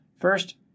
First